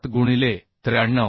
7 गुणिले 93